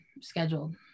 scheduled